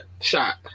shot